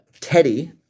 teddy